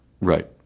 Right